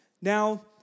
Now